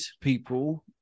people